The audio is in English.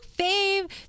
fave